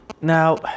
now